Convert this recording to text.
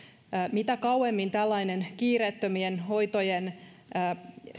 mitä kauemmin tällainen kiireettömien hoitojen